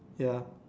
ya